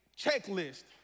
checklist